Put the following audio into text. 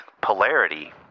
polarity